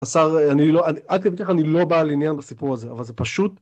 אני לא בעל עניין בסיפור הזה אבל זה פשוט